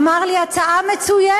אמר לי: הצעה מצוינת.